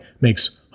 makes